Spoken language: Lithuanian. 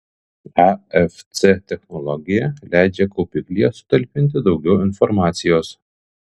afc technologija leidžia kaupiklyje sutalpinti daugiau informacijos